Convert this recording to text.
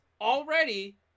already